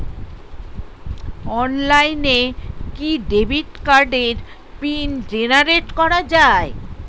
অনলাইনে কি ডেবিট কার্ডের পিন জেনারেট করা যায়?